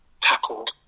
tackled